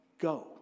Go